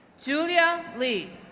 julia li,